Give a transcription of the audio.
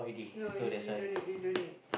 no you you don't need you don't need